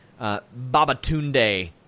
Babatunde